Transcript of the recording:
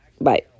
bye